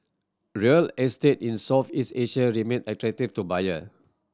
real estate in Southeast Asia remain attractive to buyer